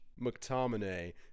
McTominay